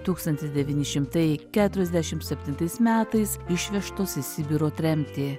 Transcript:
tūkstantis devyni šimtai keturiasdešimt septintais metais išvežtos į sibiro tremtį